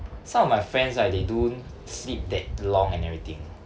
some of my friends right they do sleep that long and everything